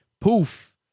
poof